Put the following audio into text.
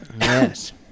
Yes